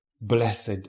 Blessed